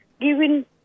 given